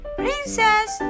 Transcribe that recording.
princess